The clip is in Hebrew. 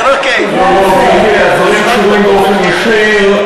גברתי היושבת-ראש,